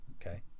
okay